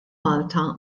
malta